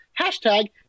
Hashtag